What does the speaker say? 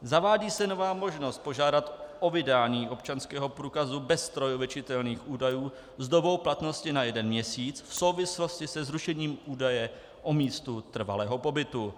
Zavádí se nová možnost požádat o vydání občanského průkazu bez strojově čitelných údajů s dobou platnosti na jeden měsíc v souvislosti se zrušením údaje o místu trvalého pobytu.